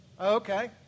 Okay